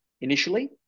initially